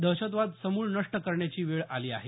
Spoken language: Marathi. दहशतवाद समूळ नष्ट करण्याची वेळी आली आहे